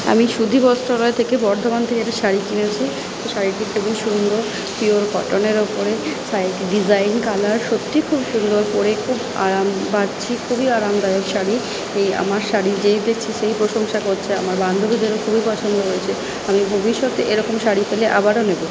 আমি সুধী বস্ত্রালয় থেকে বর্ধমান থেকে একটা শাড়ি কিনেছি তো শাড়িটি খুবই সুন্দর পিওর কটনের ওপরে শাড়িটি ডিজাইন কালার সত্যি খুব সুন্দর পরে খুব আরাম পাচ্ছি খুবই আরামদায়ক শাড়ি এই আমার শাড়ি যেই দেখছে সেই পোশংসা করছে আমার বান্ধবীদেরও খুবই পছন্দ হয়েছে আমি ভবিষ্যতে এরকম শাড়ি পেলে আবারও নেবো